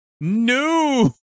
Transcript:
no